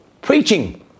Preaching